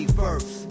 first